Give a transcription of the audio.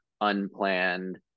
unplanned